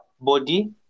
body